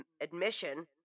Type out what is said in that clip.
admission